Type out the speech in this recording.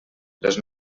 les